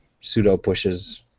pseudo-pushes